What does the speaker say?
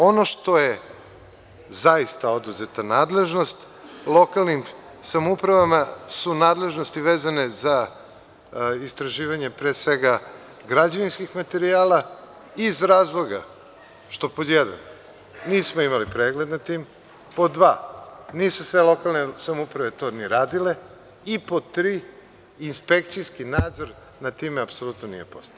Ono što je, zaista oduzeta nadležnost lokalnim samoupravama su nadležnosti vezane za istraživanje, pre svega građevinskih materijala, iz razloga što: pod jedan, nismo imali pregled nad tim, pod dva, nisu sve lokalne samouprave to ni radile i pod tri, inspekcijski nadzor nad time apsolutno nije postojao.